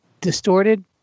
distorted